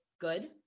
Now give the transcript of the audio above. good